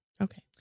Okay